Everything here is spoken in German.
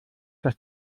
das